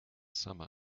summer